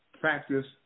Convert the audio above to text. practice